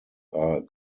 are